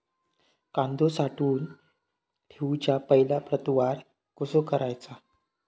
कांदो साठवून ठेवुच्या पहिला प्रतवार कसो करायचा?